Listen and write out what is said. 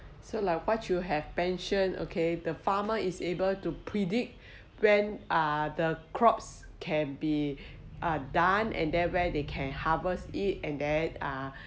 so like what you have mentioned okay the farmer is able to predict when are the crops can be uh done and then where they can harvest it and than uh